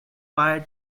wire